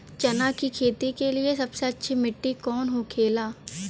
चना की खेती के लिए सबसे अच्छी मिट्टी कौन होखे ला?